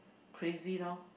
crazy lor